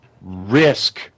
risk